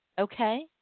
okay